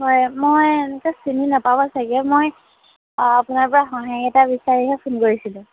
হয় মই এনেকে চিনি নাপাব চাগে মই আপোনাৰ পৰা সহায় এটা বিচাৰিহে ফোন কৰিছিলোঁ